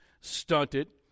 stunted